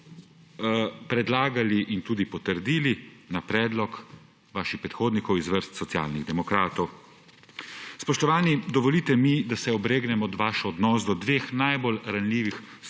predlagali in tudi potrdili na predlog vaših predhodnikov iz vrst Socialnih demokratov. Spoštovani, dovolite mi, da se obregnem ob vaš odnos do dveh najbolj ranljivih